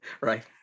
Right